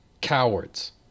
cowards